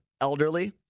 elderly